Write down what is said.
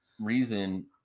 reason